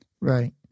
Right